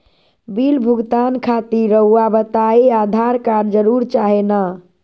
Bill भुगतान खातिर रहुआ बताइं आधार कार्ड जरूर चाहे ना?